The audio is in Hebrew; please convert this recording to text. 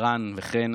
ערן וחן,